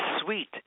sweet